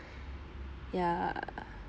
yeah